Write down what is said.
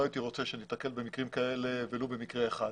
הייתי רוצה שניתקל במקרים כאלה ולו במקרה אחד.